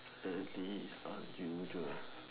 that is unusual